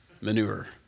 manure